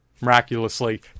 miraculously